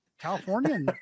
California